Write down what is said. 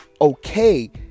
okay